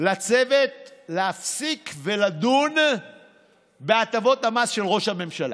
לצוות להפסיק לדון בהטבות המס של ראש הממשלה,